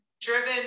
driven